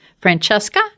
Francesca